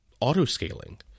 auto-scaling